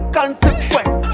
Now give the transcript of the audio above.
consequence